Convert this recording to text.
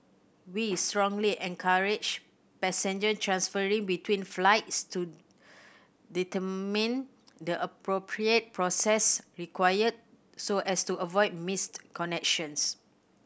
we strongly encourage passenger transferring between flights to determine the appropriate process required so as to avoid missed connections